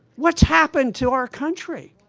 what's happened to our country?